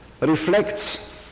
reflects